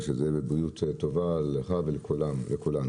ושזה יהיה בבריאות טובה לך ולכולנו.